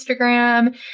Instagram